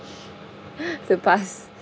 to pass